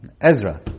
Ezra